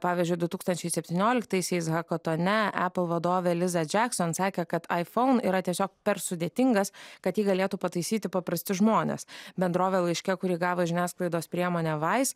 pavyzdžiui du tūkstančiai septynioliktaisiais hakatone apple vadovė liza džekson sakė kad iphone yra tiesiog per sudėtingas kad ji galėtų pataisyti paprasti žmonės bendrovė laiške kurį gavo žiniasklaidos priemone vais